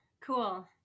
cool